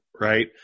right